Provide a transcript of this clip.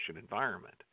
environment